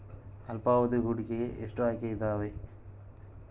ಅಲ್ಪಾವಧಿ ಹೂಡಿಕೆಗೆ ಎಷ್ಟು ಆಯ್ಕೆ ಇದಾವೇ?